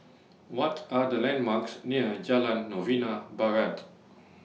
What Are The landmarks near Jalan Novena Barat